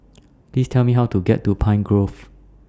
Please Tell Me How to get to Pine Grove